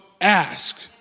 Ask